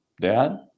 Dad